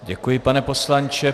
Děkuji, pane poslanče.